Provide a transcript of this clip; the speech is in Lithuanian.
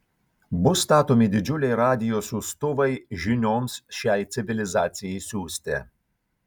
bus statomi didžiuliai radijo siųstuvai žinioms šiai civilizacijai siųsti